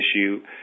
issue